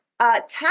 tax